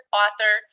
author